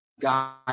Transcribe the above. God